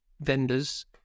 vendors